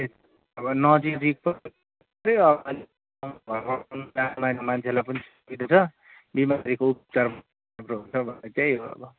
ए अब नजिकको त्यही हो मान्छेलाई पनि छ बिमारीको उपचार पनि राम्रो हुन्छ भने त्यही हो अब